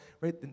right